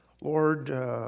Lord